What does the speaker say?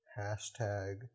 hashtag